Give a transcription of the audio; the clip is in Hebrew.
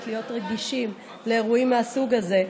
להיות רגישים לאירועים מהסוג הזה: